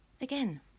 Again